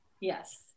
Yes